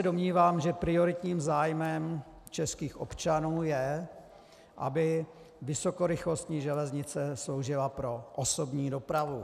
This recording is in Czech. Domnívám se, že prioritním zájmem českých občanů je, aby vysokorychlostní železnice sloužila pro osobní dopravu.